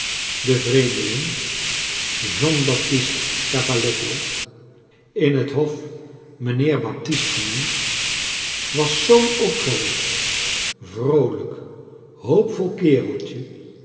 de vreemdeling john baptist cavalletto in het hof mijnheer baptist genoemd was zoo'n opgewekt vroolijk hoopvol kereltje